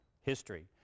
history